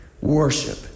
worship